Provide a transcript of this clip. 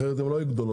אחרת הן לא היו גדולות,